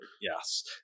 Yes